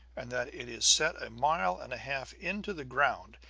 and that it is set a mile and a half into the ground,